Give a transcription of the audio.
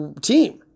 team